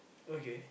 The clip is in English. okay